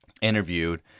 interviewed